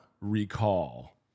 recall